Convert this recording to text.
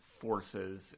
forces